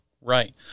Right